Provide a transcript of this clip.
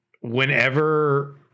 whenever